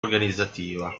organizzativa